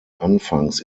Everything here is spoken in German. anfangs